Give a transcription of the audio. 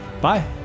bye